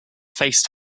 face